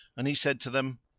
and he said to them,